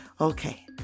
Okay